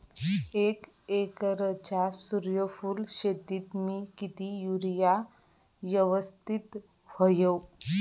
एक एकरच्या सूर्यफुल शेतीत मी किती युरिया यवस्तित व्हयो?